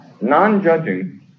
Non-judging